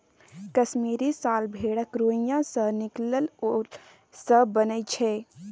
कश्मीरी साल भेड़क रोइयाँ सँ निकलल उन सँ बनय छै